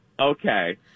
okay